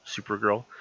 Supergirl